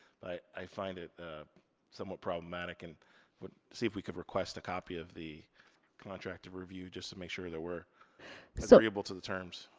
but i find it somewhat problematic and but see if we could request a copy of the contract to review, just to make sure that we're so agreeable to the terms.